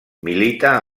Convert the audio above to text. milita